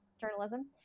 journalism